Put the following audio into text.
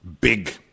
big